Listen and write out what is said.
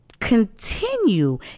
Continue